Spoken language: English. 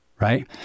Right